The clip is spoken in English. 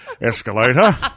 escalator